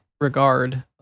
regard